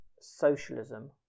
socialism